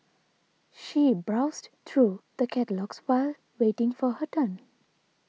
she browsed through the catalogues while waiting for her turn